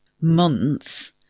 months